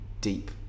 deep